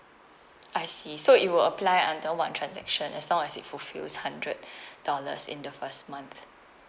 I see so it will apply under one transaction as long as it fulfils hundred dollars in the first month